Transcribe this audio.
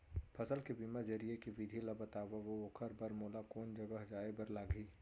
फसल के बीमा जरिए के विधि ला बतावव अऊ ओखर बर मोला कोन जगह जाए बर लागही?